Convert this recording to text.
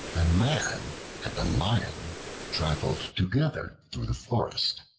a man and a lion traveled together through the forest.